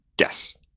Yes